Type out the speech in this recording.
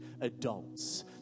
adults